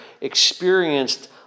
experienced